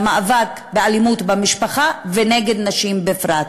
למאבק באלימות במשפחה ונגד נשים בפרט.